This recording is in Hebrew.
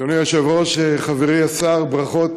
אדוני היושב-ראש, חברי השר, ברכות.